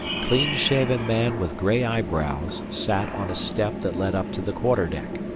clean-shaven man with gray eyebrows sat on a step that led up to the quarter-deck.